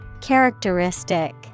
Characteristic